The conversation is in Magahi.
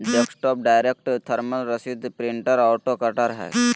डेस्कटॉप डायरेक्ट थर्मल रसीद प्रिंटर ऑटो कटर हइ